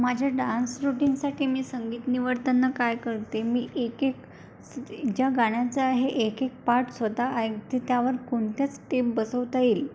माझ्या डान्स रुटीनसाठी मी संगीत निवडतना काय करते मी एक एक ज्या गाण्याचं आहे एक एक पार्ट स्वतः ऐकते त्यावर कोणत्याच स्टेप बसवता येईल